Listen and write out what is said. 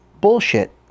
Bullshit